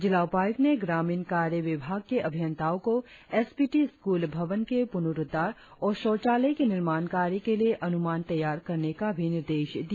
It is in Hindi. जिला उपायुक्त ने ग्रामीण कार्य विभाग के अभियंताओं को एस पी टी स्कूल भवन के पुनुरुद्धार और शौचालय के निर्माण कार्य के लिए अनुमान तैयार करने का भी निर्देश दिया